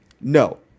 No